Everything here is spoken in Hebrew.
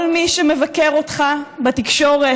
כל מי שמבקר אותך בתקשורת,